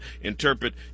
interpret